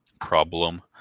problem